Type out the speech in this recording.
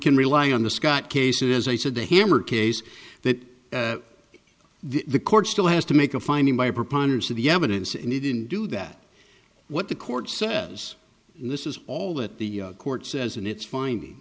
can rely on the scott case is as i said the hammer case that the the court still has to make a finding by a preponderance of the evidence and he didn't do that what the court says this is all that the court says in its finding